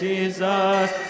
Jesus